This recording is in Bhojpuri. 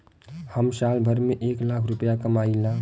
हम साल भर में एक लाख रूपया कमाई ला